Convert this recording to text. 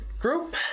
group